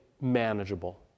manageable